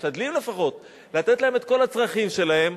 משתדלים לפחות לתת להם את כל הצרכים שלהם,